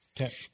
Okay